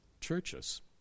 churches